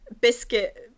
Biscuit